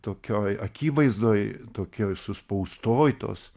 tokioj akivaizdoj tokioj suspaustoj tos